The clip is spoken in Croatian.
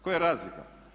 Koja je razlika?